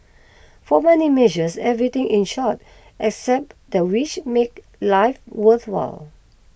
for money measures everything in short except the which makes life worthwhile